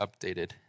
updated